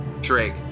Drake